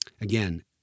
again